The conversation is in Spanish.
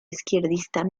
izquierdista